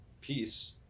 peace